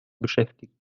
beschäftigen